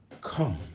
come